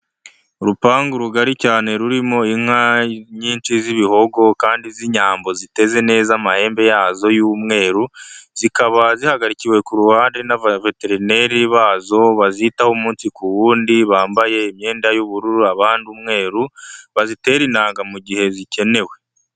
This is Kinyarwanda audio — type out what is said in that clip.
Urupangu rugari cyane rurimo inka nyinshi z'ibihogo kandi z'inyambo ziteze neza amahembe yazo y'umweru zikaba zihagarikiwe ku ruhande n'abaveteneri bazo bazitaho umunsi ku wundi bambaye imyenda y'ubururu abandi umweru bazitera intangaga mu gihe zikenewe.